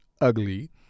ugly